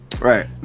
Right